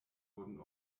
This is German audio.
wurden